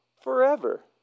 forever